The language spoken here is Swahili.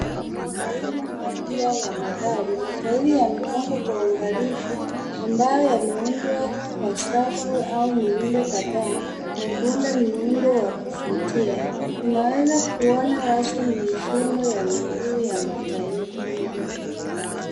Rundo ya matairi mapya ya magari. Matairi yamepangwa kwa uangalifu ambayo yameundwa kwa safu au mirundo kadhaa na kuunda miundo wa kuvutia. Unaweza kuona wazi mifumo ya miguu ya matairi.